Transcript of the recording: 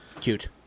Cute